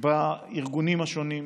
בארגונים השונים,